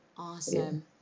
Awesome